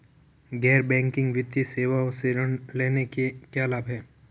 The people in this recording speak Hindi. गैर बैंकिंग वित्तीय सेवाओं से ऋण लेने के क्या लाभ हैं?